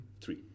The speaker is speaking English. Three